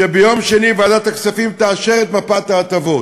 שביום שני ועדת הכספים תאשר את מפת ההטבות.